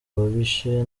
ababishe